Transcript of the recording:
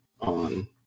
on